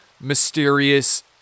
mysterious